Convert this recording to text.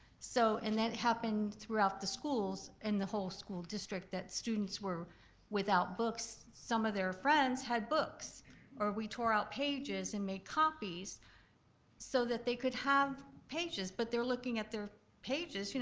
so and that happened throughout the schools in the whole school district that students were without books. some of their friends had books or we tore out pages and made copies so that they could have pages. but they're looking at their pages, you know